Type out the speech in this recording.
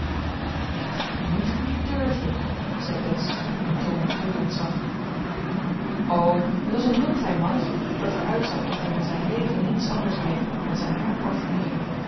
ik weet niet hoe je het durfde zei bets op een toon vol ontzag o het was een heel klein mannetje dat er uitzag of hij van zijn leven niets anders deed dan zijn haar parfumeeren